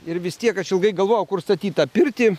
ir vis tiek aš ilgai galvojau kur statyt tą pirtį